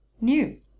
new